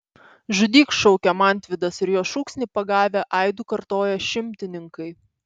žudyk šaukia mantvydas ir jo šūksnį pagavę aidu kartoja šimtininkai